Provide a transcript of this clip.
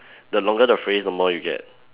the longer the phrase the more you get